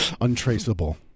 untraceable